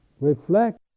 reflect